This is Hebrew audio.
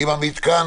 אם אלימות נפשית,